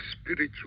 spiritual